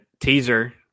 teaser